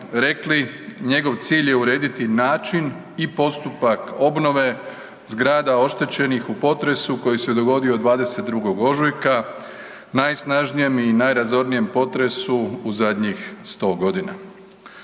rekli njegov cilj je urediti način i postupak obnove zgrada oštećenih u potresu koji se dogodio 22. ožujka, najsnažnijem i najrazornijem potresu u zadnjih 100.g.